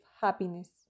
happiness